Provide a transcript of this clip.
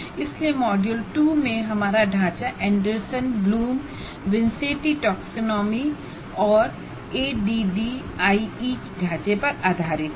इसलिए मॉड्यूल 2 में हमारा ढांचा एंडरसन ब्लूम विन्सेंटी टैक्सोनॉमी और एडीडीआईई ढांचे पर आधारित है